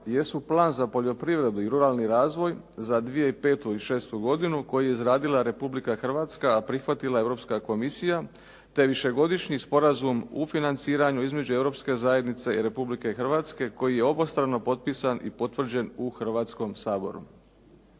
jesu plan za poljoprivredu i ruralni razvoj za 2005. i 2006. godinu koji je izradila Republika Hrvatska, a prihvatila Europska komisija te višegodišnji sporazum u financiranju između Europske zajednice i Republike Hrvatske koji je obostrano potpisan i potvrđen u Hrvatskom saboru.